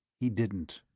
he didn't.